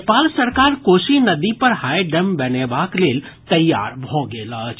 नेपाल सरकार कोसी नदी पर हाईडैम बनेबाक लेल तैयार भऽ गेल अछि